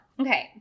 Okay